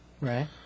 Right